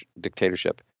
dictatorship